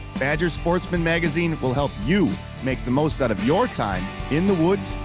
badger sportsman magazine will help you make the most out of your time in the woods,